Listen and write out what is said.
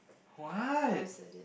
what